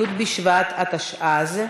י' בשבט התשע"ז,